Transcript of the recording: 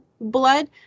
blood